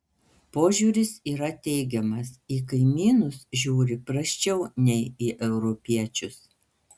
požiūris yra teigiamas į kaimynus žiūri prasčiau nei į europiečius